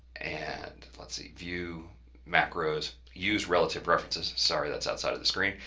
and let's see view macros use relative references. sorry that's outside of the screen.